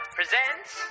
presents